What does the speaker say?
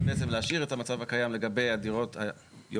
זה בעצם להשאיר את המצב הקיים לגבי הדירות היוצאות.